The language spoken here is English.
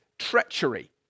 treachery